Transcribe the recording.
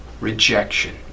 rejection